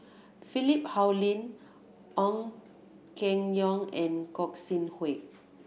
Philip Hoalim Ong Keng Yong and Gog Sing Hooi